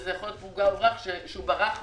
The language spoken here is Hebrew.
וזה יכול להיות פגע וברח שהוא ברח,